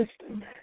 system